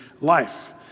life